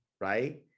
right